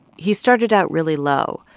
he started out really low.